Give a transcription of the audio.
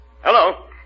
Hello